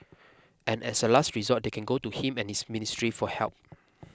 and as a last resort they can go to him and his ministry for help